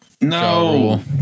No